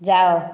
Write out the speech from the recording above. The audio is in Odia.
ଯାଅ